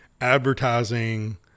advertising